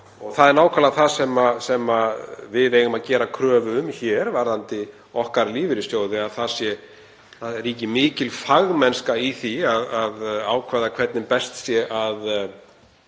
Það er nákvæmlega það sem við eigum að gera kröfu um hér varðandi lífeyrissjóði okkar, að það ríki mikil fagmennska í því að ákveða hvernig best sé að